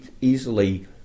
easily